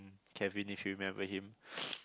Kevin if you remember him